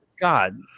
god